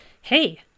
hey